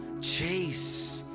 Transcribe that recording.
Chase